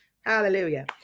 Hallelujah